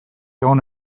egon